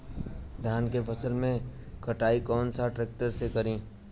धान के फसल के कटाई कौन सा ट्रैक्टर से करी?